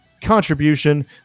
contribution